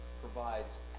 provides